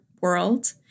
world